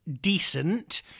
decent